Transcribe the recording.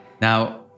Now